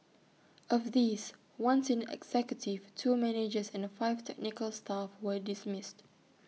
of these one senior executive two managers and five technical staff were dismissed